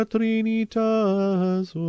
Trinitas